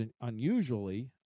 unusually